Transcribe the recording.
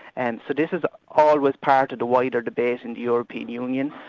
and so this is always part of the wider debate in the european union,